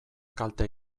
kalte